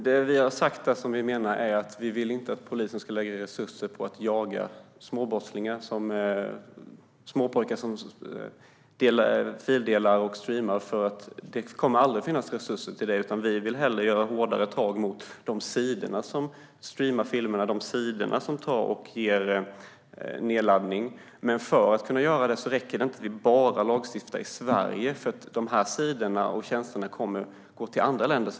Herr talman! Det vi menar är: Vi vill inte att polisen ska lägga resurser på att jaga småbrottslingar, småpojkar, som fildelar och streamar. Det kommer nämligen aldrig att finnas resurser till det. Vi vill hellre ha hårdare tag mot de sidor där man streamar filmer och de sidor där det kan göras nedladdningar. Men då räcker det inte att vi bara lagstiftar i Sverige, för de här sidorna och tjänsterna kommer att finnas i andra länder.